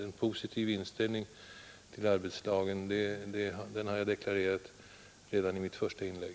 En positiv inställning till arbetslagen med begränsning har jag deklarerat redan i mitt första inlägg.